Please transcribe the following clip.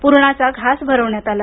पुरणाचा घास भरवण्यात आला